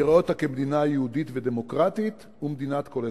אני רואה אותה כמדינה יהודית ודמוקרטית ומדינת כל אזרחיה,